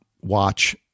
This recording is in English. watch